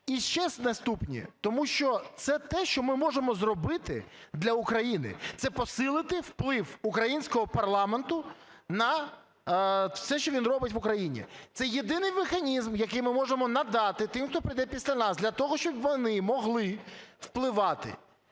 і ще наступні, тому що це те, що ми можемо зробити для України – це посилити вплив українського парламенту на все, що він робить в Україні. Це єдиний механізм, який ми можемо надати тим, хто прийде після нас для того, щоб вони могли впливати.